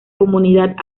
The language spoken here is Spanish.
comunidad